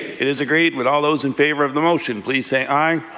it is agreed. would all those in favour of the motion please say aye.